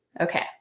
Okay